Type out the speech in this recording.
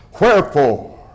Wherefore